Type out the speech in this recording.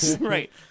Right